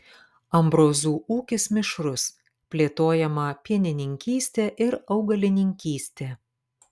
ambrozų ūkis mišrus plėtojama pienininkystė ir augalininkystė